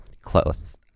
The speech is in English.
close